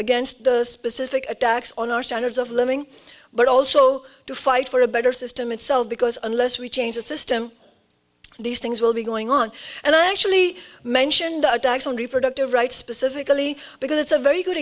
against the specific attacks on our standards of living but also to fight for a better system itself because unless we change the system these things will be going on and i actually mentioned attacks on reproductive rights specifically because it's a very good